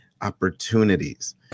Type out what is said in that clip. opportunities